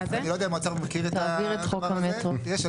לא יודע אם האוצר מכיר את זה אבל יש גם